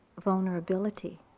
vulnerability